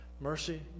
mercy